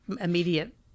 immediate